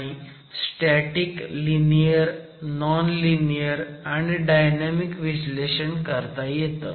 आणि static linear non linear आणि dynamic विश्लेषण करता येतं